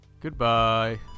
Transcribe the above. Goodbye